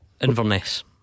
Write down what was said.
Inverness